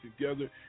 together